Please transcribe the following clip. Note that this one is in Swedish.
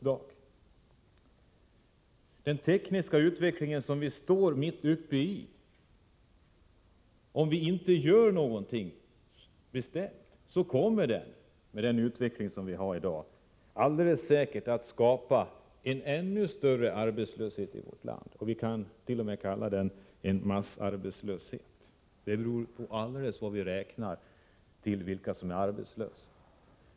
Den tekniska utveckling som vi står mitt uppe i kommer alldeles säkert att skapa en ännu större arbetslöshet i vårt land, om vi inte gör någonting bestämt. Vi kan t.o.m. kalla det en massarbetslöshet. Det beror alldeles på vilka vi räknar som arbetslösa.